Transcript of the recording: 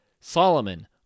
Solomon